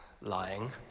lying